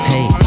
Hey